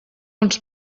uns